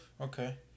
Okay